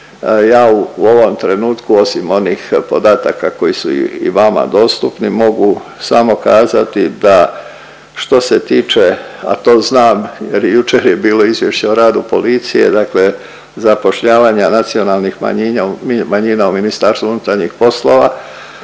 Ja u ovom trenutku osim onih podataka koji su i vama dostupni mogu samo kazati da što se tiče, a to znam jer jučer je bilo Izvješće o radu policije, dakle zapošljavanja nacionalnih manjina u MUP-u mi imamo